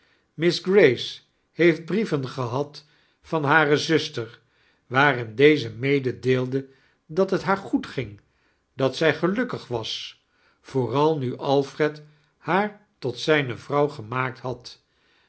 miss grace heeft brieven gehad van hare zuster waarin deze meedeelde dat t haar goed ging dat zaj gelukkig was vooral nu alfred haar tot zijne vrouw geooaakt had